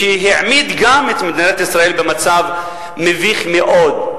והוא העמיד גם את מדינת ישראל במצב מביך מאוד.